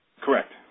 correct